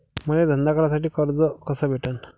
मले धंदा करासाठी कर्ज कस भेटन?